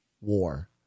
war